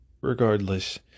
regardless